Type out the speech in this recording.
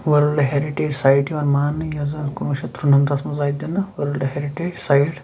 world heritage site یِوان ماننہٕ یۄس زَن کُنوُہ شیٚتھ تُرٛنَمتھَس منٛز آیہِ دِنہٕ ؤرٕلڈٕ ہٮ۪رِٹیج سایٹ